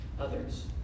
others